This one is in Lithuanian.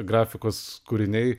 grafikos kūriniai